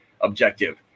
objective